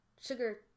sugar